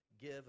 give